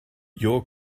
your